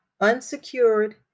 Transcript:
unsecured